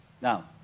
Now